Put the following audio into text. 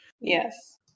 Yes